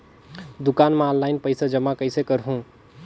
दुकान म ऑनलाइन पइसा जमा कइसे करहु?